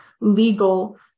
legal